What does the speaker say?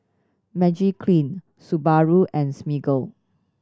Magiclean Subaru and Smiggle